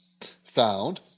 found